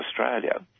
Australia